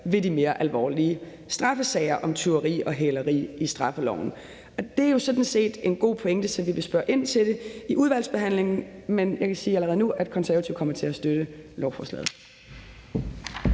ved de mere alvorlige straffesager om tyveri og hæleri i straffeloven. Det er jo sådan set en god pointe, så vi vil spørge ind til det i udvalgsbehandlingen. Men jeg kan sige allerede nu, at Konservative kommer til at støtte lovforslaget.